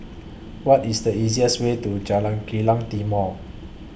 What IS The easiest Way to Jalan Kilang Timor